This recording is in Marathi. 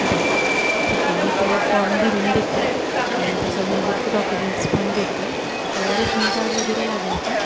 बरं ठीक आहे मी तो फॉर्म भरून देते आणि त्याच्याबरोबर ही डॉक्युमेंट्स पण देते रेशनिंग कार्ड वगैरे लागेल का